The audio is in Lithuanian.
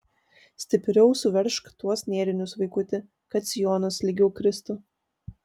stipriau suveržk tuos nėrinius vaikuti kad sijonas lygiau kristų